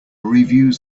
reviews